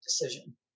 decision